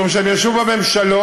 משום שהם ישבו בממשלות,